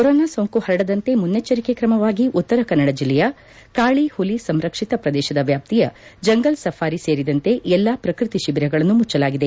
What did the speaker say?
corona ಸೋಂಕು ಪರಡದಂತೆ ಮುನ್ನೆಚ್ಚರಿಕೆ ತ್ರಮವಾಗಿ ಉತ್ತರ ಕನ್ನಡ ಜಿಲ್ಲೆಯ ಕಾಳಿ ಹುಲಿ ಸಂರಕ್ಷಿತ ಪ್ರದೇಶದ ವ್ಯಾಪ್ತಿಯ ಜಂಗಲ್ ಸಫಾರಿ ಸೇರಿದಂತೆ ಎಲ್ಲಾ ಪ್ರಕೃತಿ ಶಿಬಿರಗಳನ್ನು ಮುಚ್ಚಲಾಗಿದೆ